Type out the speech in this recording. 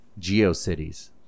GeoCities